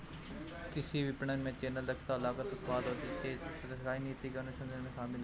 कृषि विपणन में चैनल, दक्षता और लागत, उत्पादक का अधिशेष, सरकारी नीति और अनुसंधान शामिल हैं